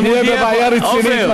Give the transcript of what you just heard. נהיה בבעיה רצינית,